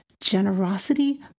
Generosity